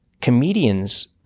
comedians